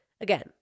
Again